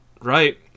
right